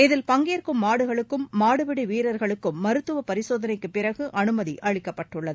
இதில் பங்கேற்கும் மாடுகளுக்கும் மாடுபிடி வீரர்களுக்கும் மருத்துவ பரிசோதனைக்குப் பிறகு அமுதி அளிக்கப்பட்டுள்ளது